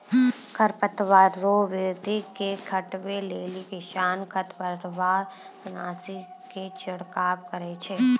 खरपतवार रो वृद्धि के घटबै लेली किसान खरपतवारनाशी के छिड़काव करै छै